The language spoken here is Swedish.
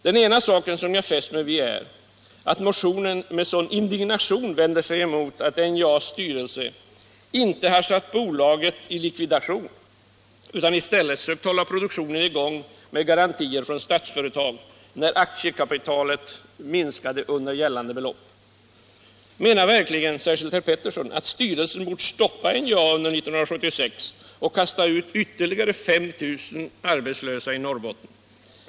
Den ena saken som jag fäst mig vid är att motionen med sådan indignation vänder sig emot att NJA:s styrelse inte har satt bolaget i likvidation utan i stället sökt hålla produktionen i gång med garantier från Statsföretag, när aktiekapitalet minskade under gällande belopp. Menar verkligen motionärerna, särskilt herr Petersson, att styrelsen bort stoppa NJA under 1976 och kasta ut ytterligare 5 000 arbetslösa i Norrbotten?